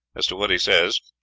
as to what he says,